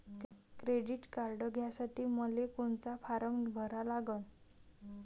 Credit card घ्यासाठी मले कोनचा फारम भरा लागन?